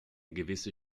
gewisse